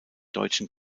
deutschen